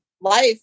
life